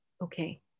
okay